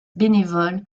bénévole